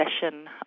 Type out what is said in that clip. session